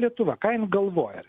lietuva ką jin galvoja